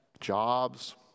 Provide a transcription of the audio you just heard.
jobs